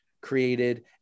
created